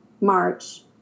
March